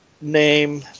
name